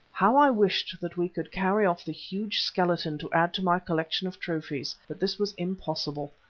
how i wished that we could carry off the huge skeleton to add to my collection of trophies, but this was impossible.